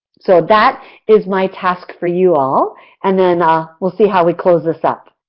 so, that is my task for you all and then, ah we'll see how we close this up.